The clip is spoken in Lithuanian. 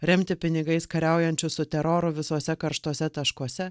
remti pinigais kariaujančius su teroru visuose karštuose taškuose